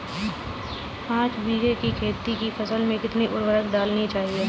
पाँच बीघा की गेहूँ की फसल में कितनी उर्वरक डालनी चाहिए?